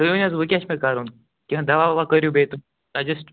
تُہۍ ؤنِو حظ ونۍ کیاہ چھ مےٚ کَرُن کینٛہہ دوا ووا کٔرِو بیٚیہِ تُہۍ سَجسٹ